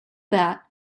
that